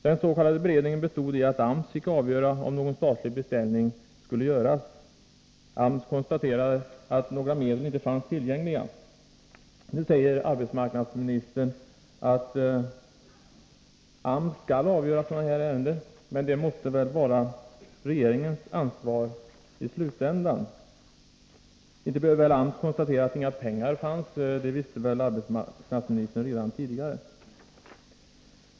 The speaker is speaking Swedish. Den s.k. beredningen bestod i att AMS fick avgöra om någon statlig beställning skulle göras. AMS konstaterade att några medel inte fanns tillgängliga. Nu säger arbetsmarknadsministern att AMS skall avgöra den här typen av ärenden, men ansvaret måste väl ändå i slutändan vara regeringens. Inte behöver väl AMS konstatera att inga pengar finns — det visste väl arbetsmarknadsministern redan tidigare.